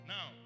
Now